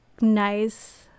nice